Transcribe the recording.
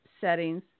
settings